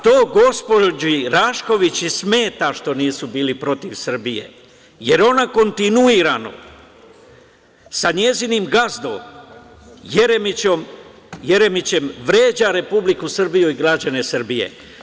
To gospođi Rašković smeta što nisu bili protiv Srbije, jer ona kontinuirano, sa svojim gazdom Jeremićem, vređa Republiku Srbiju i građane Srbije.